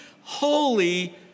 holy